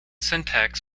syntax